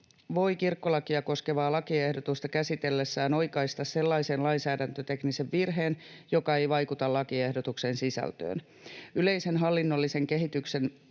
voi kirkkolakia koskevaa lakiehdotusta käsitellessään oikaista sellaisen lainsäädäntöteknisen virheen, joka ei vaikuta lakiehdotuksen sisältöön. Yleisen hallinnollisen kehityksen